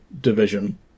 division